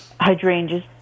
hydrangeas